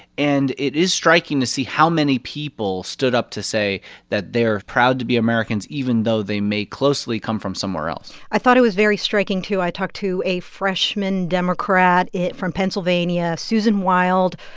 and it is striking to see how many people stood up to say that they're proud to be americans even though they may closely come from somewhere else i thought it was very striking, too. i talked to a freshman democrat from pennsylvania, susan wild.